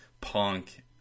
punk